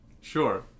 Sure